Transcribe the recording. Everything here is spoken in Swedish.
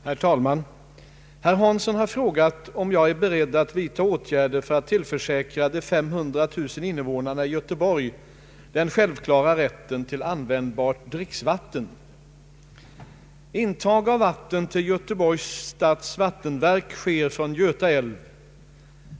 Herr talman! Herr Hansson har frågat om jag är beredd att vidta åtgärder för att tillförsäkra de 500 000 invånarna i Göteborg den självklara rätten till användbart dricksvatten. Intag av vatten till Göteborgs stads vattenverk sker från Göta älv.